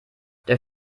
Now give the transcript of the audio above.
der